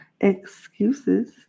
excuses